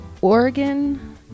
oregon